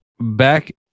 back